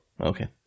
Okay